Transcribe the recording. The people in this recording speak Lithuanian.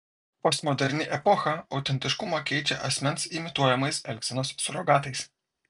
postmoderni epocha autentiškumą keičia asmens imituojamais elgsenos surogatais